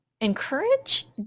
encourage